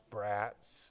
brats